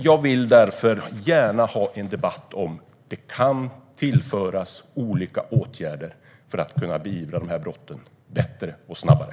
Jag vill därför gärna ha en debatt om det kan vidtas olika åtgärder för att denna typ av brott ska kunna beivras bättre och snabbare.